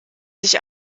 sich